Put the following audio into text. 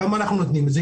למה אנחנו נותנים את זה?